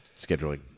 scheduling